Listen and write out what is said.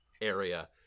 area